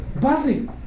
buzzing